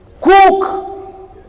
cook